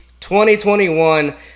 2021